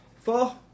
Four